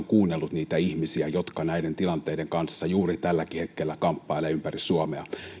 kuunnellut niitä ihmisiä jotka näiden tilanteiden kanssa juuri tälläkin hetkellä kamppailevat ympäri suomea